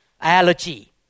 Allergy